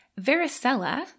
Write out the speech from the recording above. varicella